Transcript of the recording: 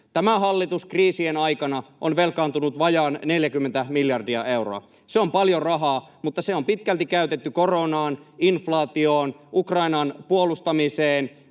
tämä hallitus on kriisien aikana velkaantunut vajaat 40 miljardia euroa. Se on paljon rahaa, mutta se on pitkälti käytetty koronaan, inflaatioon, Ukrainan puolustamiseen